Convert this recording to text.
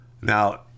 Now